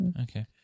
Okay